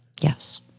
Yes